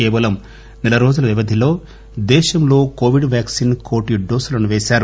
కేవలం సెల రోజుల వ్యవధిలో దేశంలో కోవిడ్ వ్యాక్సిన్ కోటి డోసులను పేశారు